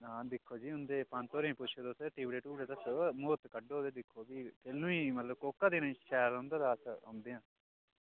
नांऽ दिक्खो जी तुस उं'दे पंत होरे गी पुच्छो टिबड़े टुबड़े दस्सो म्हूर्त कड्ढो ते दिक्खो फ्ही जदूं कि कोह्का दिन शैल औंदा तां अस औंदे आं